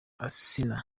asinah